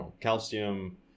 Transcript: calcium